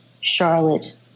Charlotte